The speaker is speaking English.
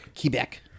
Quebec